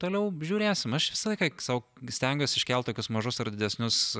toliau žiūrėsim aš visą laiką sau stengiuos iškelt tokius mažus ar didesnius